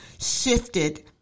shifted